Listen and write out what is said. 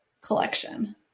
collection